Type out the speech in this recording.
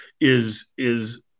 is—is